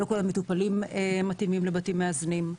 לא כל המטופלים מתאימים לבתים מאזנים,